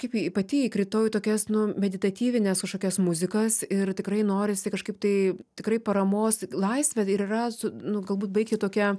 kaip pati įkritau į tokias nu meditatyvines kažkokias muzikas ir tikrai norisi kažkaip tai tikrai paramos laisvė ir yra su nu galbūt baikti tokia